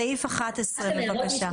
סעיף 11 בבקשה.